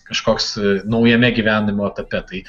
kažkoks naujame gyvenimo etape tai